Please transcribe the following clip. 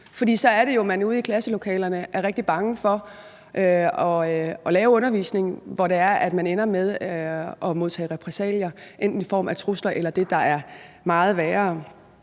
rigtig bange for at lave undervisning, hvor det er, man ender med at modtage repressalier, enten i form af trusler eller det, der er meget værre.